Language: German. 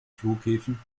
flughäfen